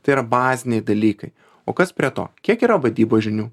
tai yra baziniai dalykai o kas prie to kiek yra vadybos žinių